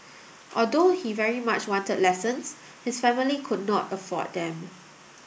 although he very much wanted lessons his family could not afford them